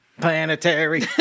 Planetary